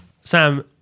Sam